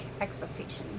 expectations